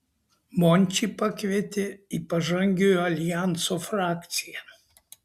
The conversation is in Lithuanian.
mončį pakvietė į pažangiojo aljanso frakciją